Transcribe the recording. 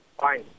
fine